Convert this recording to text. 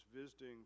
visiting